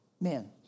men